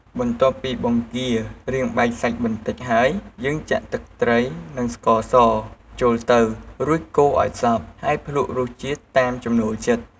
បន្ទាប់ពីបង្គារៀងបែកសាច់បន្តិចហើយ យើងចាក់ទឹកត្រីនិងស្ករសចូលទៅ រួចកូរឱ្យសព្វ ហើយភ្លក់រសជាតិតាមចំណូលចិត្ត។